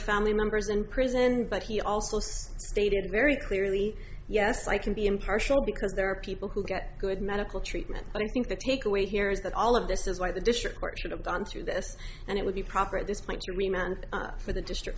family members in prison but he also stated very clearly yes i can be impartial because there are people who get good medical treatment but i think the takeaway here is that all of this is why the district court should have gone through this and it would be proper at this point you remember for the district